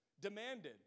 demanded